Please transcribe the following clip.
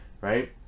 right